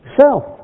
Self